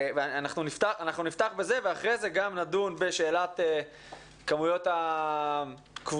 אנחנו נפתח בזה ואחר כך גם נדון בשאלת מספרי הקבוצות,